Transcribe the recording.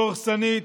דורסנית,